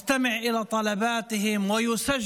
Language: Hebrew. מקשיב לבקשות שלהם ורושם,